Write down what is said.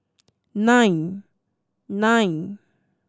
nine